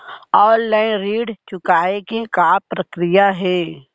Online ऋण चुकोय के का प्रक्रिया हे?